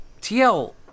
TL